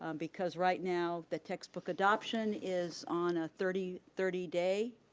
um because right now the textbook adoption is on a thirty thirty day,